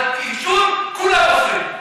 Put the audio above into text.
אבל עישון כולם אוסרים.